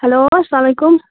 hello اسلام علیکُم